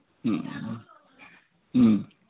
ꯎꯝ ꯎꯝ